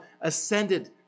ascended